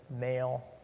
male